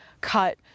cut